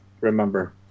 remember